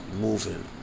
moving